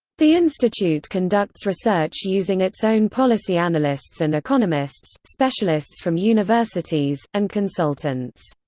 the institute conducts research using its own policy analysts and economists, specialists from universities, and consultants.